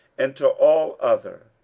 and to all other,